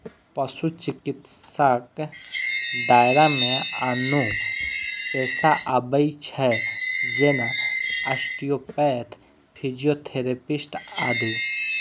पशु चिकित्साक दायरा मे आनो पेशा आबै छै, जेना आस्टियोपैथ, फिजियोथेरेपिस्ट आदि